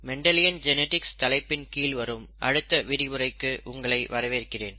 Mendelian genetics தலைப்பின் கீழ் வரும் அடுத்த விரிவுரைக்கு உங்களை வரவேற்கிறேன்